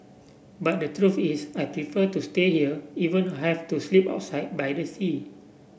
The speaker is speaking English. but the truth is I prefer to stay here even I have to sleep outside by the sea